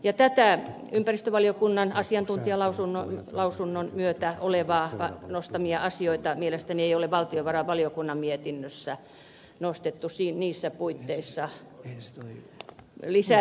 näitä ympäristövaliokunnan asiantuntijalausunnon nostamia asioita ei ole mielestäni valtiovarainvaliokunnan mietinnössä nostettu niissä puitteissa lisäyksinä